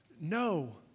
No